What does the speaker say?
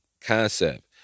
concept